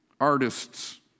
artists